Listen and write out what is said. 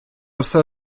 все